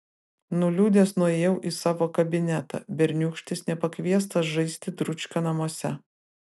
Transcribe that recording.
nuliūdęs nuėjau į savo kabinetą berniūkštis nepakviestas žaisti dručkio namuose